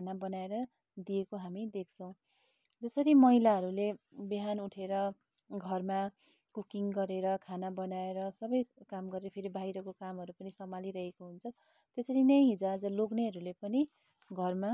खाना बनाएर दिएको हामी देख्छौँ जसरी महिलाहरूले बिहान उठेर घरमा कुकिङ गरेर खाना बनाएर सबै स काम गऱ्यो फेरि बाहिरको कामहरू सम्हली रहेको हुन्छ त्यसरी नै हिजआज लोग्नेहरूले पनि घरमा